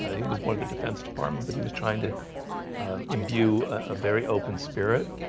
it was one of the defense department, but he was trying to imbue a very open spirit